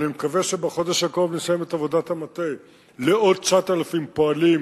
ואני מקווה שבחודש הקרוב נסיים את עבודת המטה לעוד 9,000 פועלים,